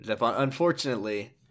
unfortunately